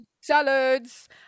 salads